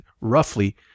roughly